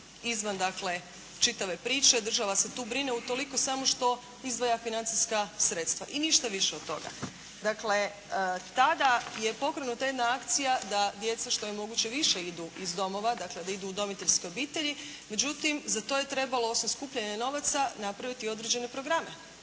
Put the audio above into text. dakle čitave priče. Država se tu brine utoliko samo što izdvaja financijska sredstva, i ništa više od toga. Dakle, tada je pokrenuta jedna akcija da djeca što je moguće više idu iz domova, dakle da idu u udomiteljske obitelji. Međutim, za to je trebalo osim skupljanja novaca napraviti određene programe,